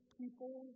people